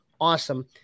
awesome